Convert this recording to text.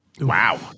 Wow